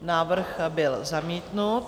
Návrh byl zamítnut.